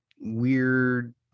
weird